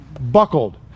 buckled